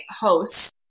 hosts